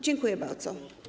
Dziękuję bardzo.